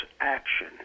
action